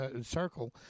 circle